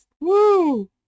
Woo